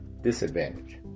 disadvantage